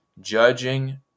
judging